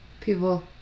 People